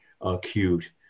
acute